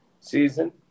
season